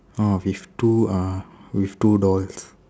of with two uh with two doors